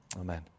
amen